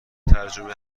ترجمه